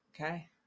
Okay